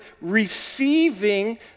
receiving